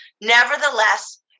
Nevertheless